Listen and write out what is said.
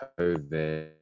COVID